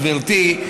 גברתי,